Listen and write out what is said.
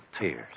tears